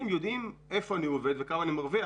יודעים איפה אני עובד וכמה אני מרוויח.